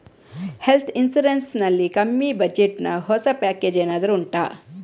health insurance ನಲ್ಲಿ ಕಮ್ಮಿ budget ನ ಹೊಸ ಪ್ಯಾಕೇಜ್ ಏನಾದರೂ ಉಂಟಾ